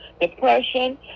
depression